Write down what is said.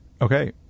Okay